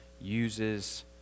uses